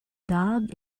dog